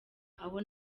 aho